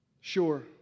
Sure